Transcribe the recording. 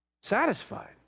Satisfied